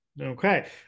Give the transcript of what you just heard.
Okay